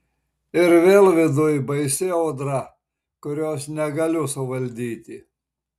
ir vėl viduj baisi audra kurios negaliu suvaldyti